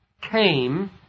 came